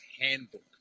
handbook